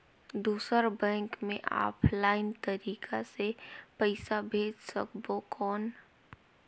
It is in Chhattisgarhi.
दुसर बैंक मे ऑफलाइन तरीका से पइसा भेज सकबो कौन?